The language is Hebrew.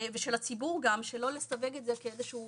ושל הציבור גם, שלא לסווג את זה כאיזשהו